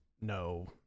no